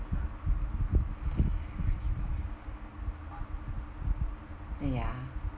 ya